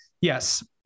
yes